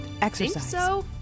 exercise